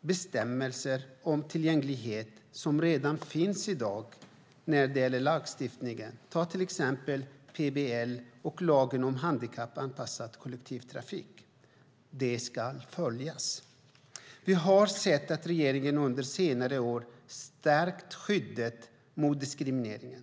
bestämmelser om tillgänglighet som redan finns i dag när det gäller lagstiftningen, till exempel PBL och lagen om handikappanpassad kollektivtrafik. De ska följas. Vi har sett att regeringen under senare år har stärkt skyddet mot diskriminering.